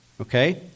Okay